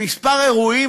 בכמה אירועים,